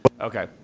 Okay